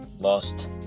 lost